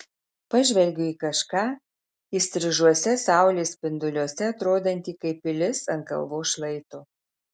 pažvelgiu į kažką įstrižuose saulės spinduliuose atrodantį kaip pilis ant kalvos šlaito